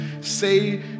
say